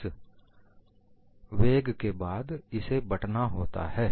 इस वेग के बाद इसे बँटना होता है